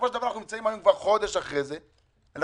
היום אנחנו כבר חודש אחרי זה ואנחנו